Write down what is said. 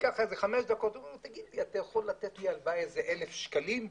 שבסוף השיחה ביקש ממנו הלוואה של אלף שקלים.